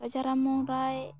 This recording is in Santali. ᱨᱟᱡᱟ ᱨᱟᱢᱢᱳᱦᱳᱱ ᱨᱟᱭ